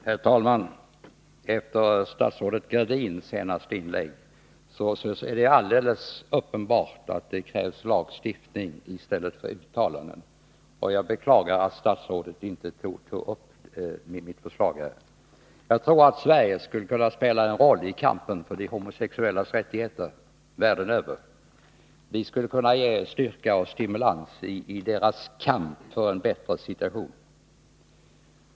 Herr talman! Efter statsrådet Gradins senaste inlägg är det alldeles uppenbart att det krävs lagstiftning i stället för uttalanden. Jag beklagar att statsrådet inte tog upp mitt förslag. Jag tror att Sverige skulle kunna spela en roll i kampen för de homosexuellas rättigheter världen över. Vi skulle kunna ge dem styrka och stimulans i deras kamp för en bättre situation.